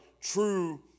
true